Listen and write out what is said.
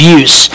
use